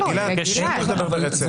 גלעד, תן לו לדבר ברצף.